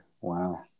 Wow